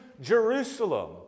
Jerusalem